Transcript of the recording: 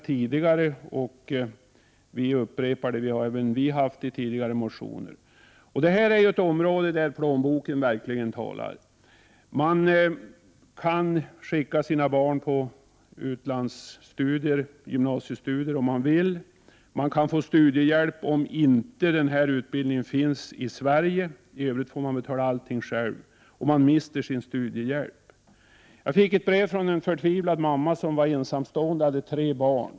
Även vi har framfört detta krav i motioner, och vi vill nu upprepa det. Detta är ett område där plånboken verkligen talar. Om man vill kan man skicka sina barn utomlands för studier på gymnasienivå. Man kan få studiehjälp om denna utbildning inte finns i Sverige. I övrigt får man betala allting själv, och man går miste om sin studiehjälp. Jag har fått ett brev från en förtvivlad mamma som är ensamstående med tre barn.